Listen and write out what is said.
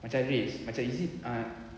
macam race macam is it ah